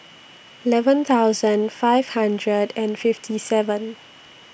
eleven thousand five hundred and fifty seven